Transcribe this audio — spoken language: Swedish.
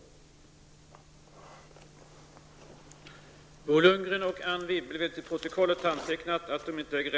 Wibble anhållit att till protokollet få antecknat att de inte ägde rätt till ytterligare inlägg.